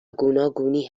گوناگونی